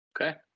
Okay